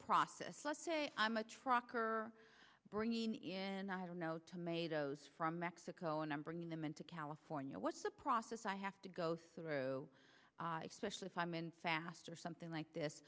process let's say i'm a trucker bringing in i don't know tomatoes from mexico and i'm bringing them into california what's the process i have to go through specially if i'm in fast or something like this